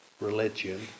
religion